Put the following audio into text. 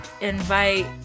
invite